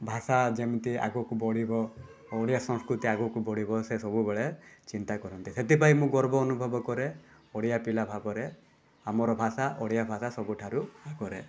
ଭାଷା ଯେମିତି ଆଗକୁ ବଢ଼ିବ ଓଡ଼ିଆ ସଂସ୍କୃତି ଆଗକୁ ବଢ଼ିବ ସେ ସବୁବେଳେ ଚିନ୍ତା କରନ୍ତି ସେଥିପାଇଁ ମୁଁ ଗର୍ବ ଅନୁଭବ କରେ ଓଡ଼ିଆ ପିଲା ଭାବରେ ଆମର ଭାଷା ଓଡ଼ିଆ ଭାଷା ସବୁଠାରୁ ଆଗରେ